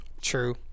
True